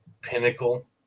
pinnacle